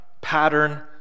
pattern